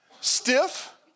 stiff